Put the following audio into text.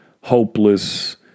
hopeless